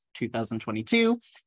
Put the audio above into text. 2022